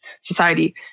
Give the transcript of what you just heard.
society